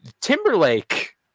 Timberlake